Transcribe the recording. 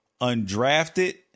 undrafted